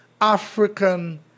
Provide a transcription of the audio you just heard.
African